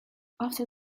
after